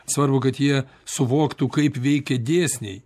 svarbu kad jie suvoktų kaip veikia dėsniai